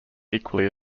equally